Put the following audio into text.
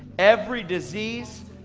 every disease,